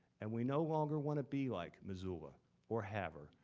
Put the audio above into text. and we no longer wanna be like missoula or havre,